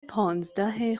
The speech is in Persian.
پانزده